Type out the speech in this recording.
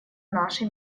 наши